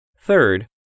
Third